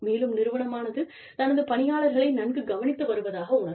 மேலும் நிறுவனமானது தனது பணியாளர்களை நன்கு கவனித்து வருவதாக உணரும்